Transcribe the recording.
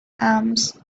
arms